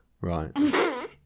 right